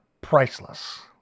priceless